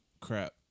crap